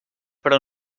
però